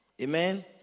Amen